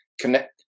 connect